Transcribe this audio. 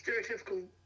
stereotypical